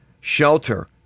Shelter